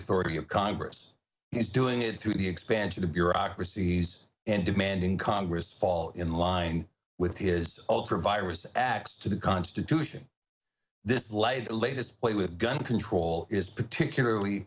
authority of congress is doing it through the expanse of the bureaucracies and demanding congress fall in line with his ultra vires axe to the constitution this led the latest play with gun control is particularly